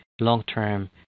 long-term